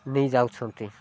ନେଇ ଯାଉଛନ୍ତି